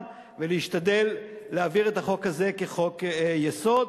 ולהשתדל להעביר את החוק הזה כחוק-יסוד.